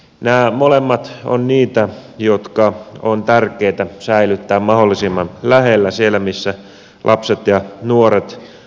nämä molemmat ovat niitä jotka on tärkeätä säilyttää mahdollisimman lähellä siellä missä lapset ja nuoret asuvat